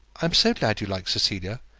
i am so glad you like cecilia.